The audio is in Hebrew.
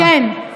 כן.